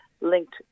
linked